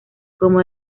como